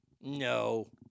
no